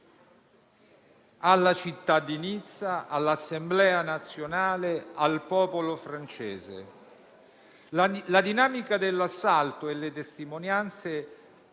alla città di Nizza, all'Assemblea nazionale e al popolo francese. La dinamica dell'assalto e le testimonianze